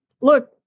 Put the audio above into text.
look